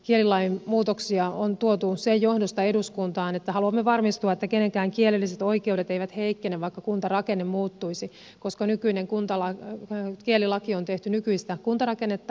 kielilain muutoksia on tuotu sen johdosta eduskuntaan että haluamme varmistua että kenenkään kielelliset oikeudet eivät heikkene vaikka kuntarakenne muuttuisi koska nykyinen kielilaki on tehty nykyistä kuntarakennetta ajatellen